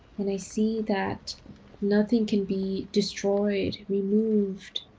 and i see that nothing can be destroyed, removed,